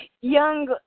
young